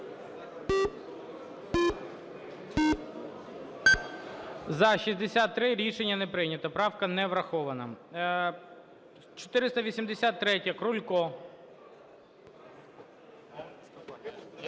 За-63 Рішення не прийнято. Правка не врахована. 483-я, Крулько.